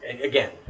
again